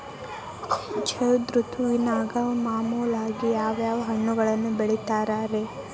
ಝೈದ್ ಋತುವಿನಾಗ ಮಾಮೂಲಾಗಿ ಯಾವ್ಯಾವ ಹಣ್ಣುಗಳನ್ನ ಬೆಳಿತಾರ ರೇ?